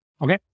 Okay